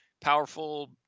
powerful